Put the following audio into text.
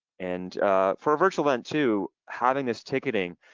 and for a virtual event to having this ticketing,